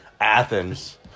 Athens